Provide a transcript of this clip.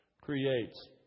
creates